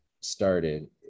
started